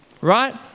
Right